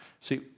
See